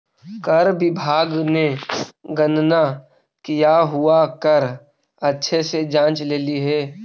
कर विभाग ने गणना किया हुआ कर अच्छे से जांच लेली हे